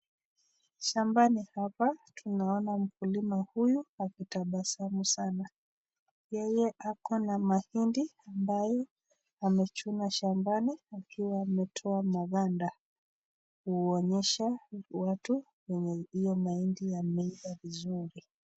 Shambani hapa tunaona mkulima huyu akitabasamu sana, yeye akona mahindi ambaye amejuna shambani wakiwa wametoa makandaa uonyesha watu hiyo mahindi yameifaa vzuri.